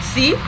See